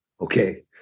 okay